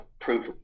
proof